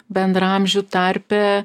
bendraamžių tarpe